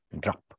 drop